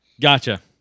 Gotcha